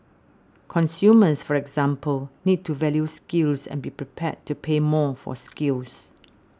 consumers for example need to value skills and be prepared to pay more for skills